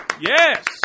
Yes